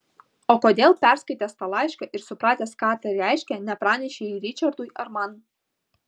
o kodėl perskaitęs tą laišką ir supratęs ką tai reiškia nepranešei ričardui ar man